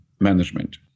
management